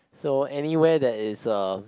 so anywhere that is uh